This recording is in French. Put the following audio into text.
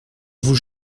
vous